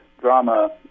drama